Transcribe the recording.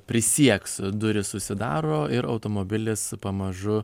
prisieks durys užsidaro ir automobilis pamažu